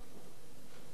נהרגו